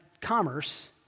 commerce